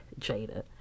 Jada